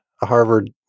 Harvard